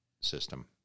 system